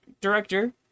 director